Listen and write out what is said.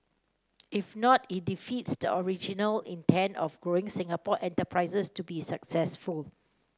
if not it defeats the original intent of growing Singapore enterprises to be successful